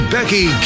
Becky